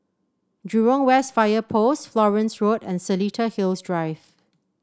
Jurong West Fire Post Florence Road and Seletar Hills Drive